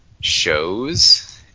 Shows